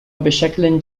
بشكل